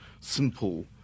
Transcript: simple